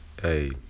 Hey